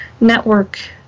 network